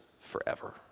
forever